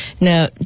now